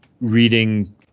reading